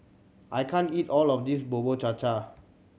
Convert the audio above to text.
I can't eat all of this Bubur Cha Cha